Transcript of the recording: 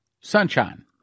sunshine